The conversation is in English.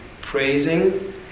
praising